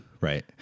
Right